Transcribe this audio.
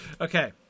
Okay